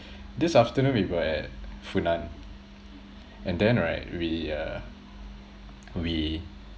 this afternoon we're at funan and then right we uh we